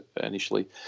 initially